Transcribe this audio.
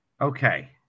Okay